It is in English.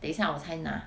等一下我才拿